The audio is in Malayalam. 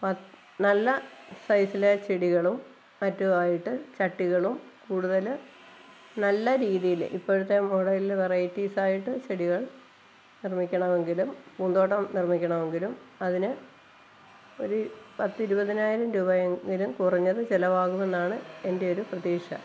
പ നല്ല സൈസിലെ ചെടികളും മറ്റുവായിട്ട് ചട്ടികളും കൂടുതൽ നല്ല രീതിയിൽ ഇപ്പോഴത്തെ മോഡലിൽ വെറൈറ്റിസായിട്ട് ചെടികള് നിര്മ്മിക്കണമെങ്കിലും പൂന്തോട്ടം നിര്മ്മിക്കണമെങ്കിലും അതിന് ഒരു പത്ത് ഇരുപതിനായിരം രൂപായെങ്കിലും കുറഞ്ഞത് ചിലവാകുമെന്നാണ് എന്റെ ഒരു പ്രതീക്ഷ